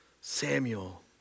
Samuel